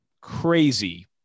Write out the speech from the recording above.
crazy